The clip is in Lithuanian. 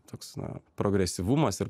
toks na progresyvumas ir